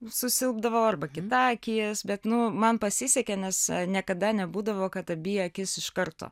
susilpdavo arba kita akis bet nu man pasisekė nes niekada nebūdavo kad abi akis iš karto